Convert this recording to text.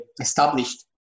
established